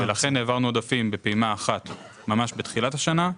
לכן העברנו עודפים בפעימה אחת ממש בתחילת השנה.